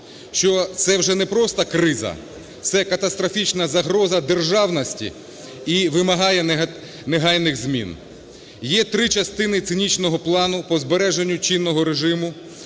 що це вже не просто криза, це катастрофічна загроза державності і вимагає негайних змін. Є три частини цинічного плану по збереженню чинного режиму